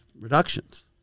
reductions